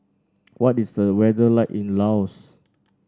what is the weather like in Laos